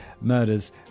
murders